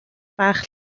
fach